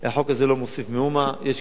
יש כאלה שבכלל רוצים לבטל את חוק השבות,